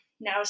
now